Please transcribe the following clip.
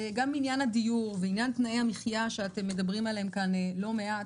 גם עניין הדיור ועניין תנאי המחיה שאתם מדברים עליהם כאן לא מעט.